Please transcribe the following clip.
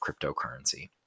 cryptocurrency